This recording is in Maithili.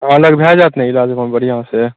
अहाँ लग भऽ जायत ने इलाज हमर बढ़िऑं सॅं